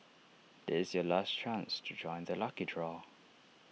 this is your last chance to join the lucky draw